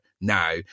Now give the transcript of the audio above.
now